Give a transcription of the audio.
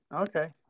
Okay